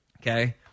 Okay